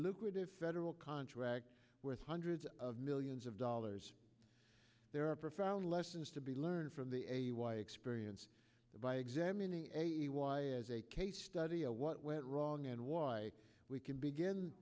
lucrative federal contract with hundreds of millions of dollars there are profound lessons to be learned from the experience by examining why as a case study of what went wrong and why we can begin